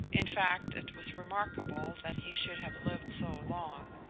in fact it was remarkable that he should have lived so long.